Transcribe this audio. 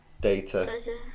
Data